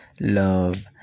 love